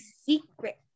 secret